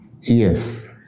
Yes